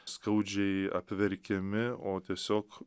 skaudžiai apverkiami o tiesiog